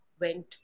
went